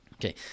Okay